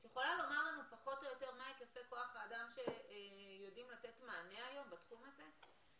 את יכולה לומר לנו מה היקפי כוח האדם שיודעים לתת מענה היום בתחום הזה,